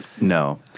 No